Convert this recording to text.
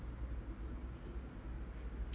ah okay very good